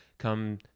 Come